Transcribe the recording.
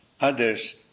Others